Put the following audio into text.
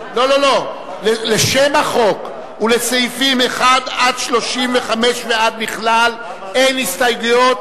לשם החוק ולסעיפים 1 35 ועד בכלל אין הסתייגויות.